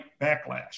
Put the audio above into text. backlash